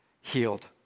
healed